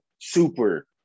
Super